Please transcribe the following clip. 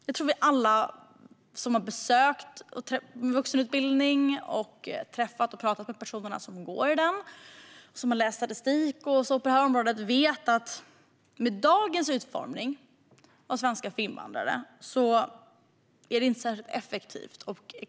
Jag tror att alla som har besökt vuxenutbildningen och träffat och pratat med personer som går den och som har läst statistik på detta område vet att dagens utformning av svenska för invandrare inte är särskilt effektiv.